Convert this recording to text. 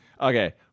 Okay